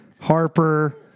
Harper